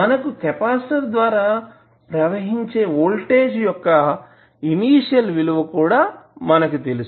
మనకు కెపాసిటర్ ద్వారా ప్రవహించే వోల్టేజ్ యొక్క ఇనీషియల్ విలువ కూడా మనకు తెలుసు